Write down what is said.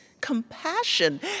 compassion